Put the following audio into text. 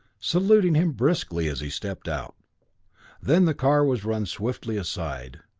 saluting him briskly as he stepped out then the car was run swiftly aside,